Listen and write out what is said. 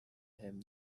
him